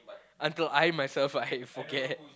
until I myself I forget